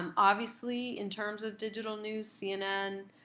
um obviously in terms of digital news, cnn,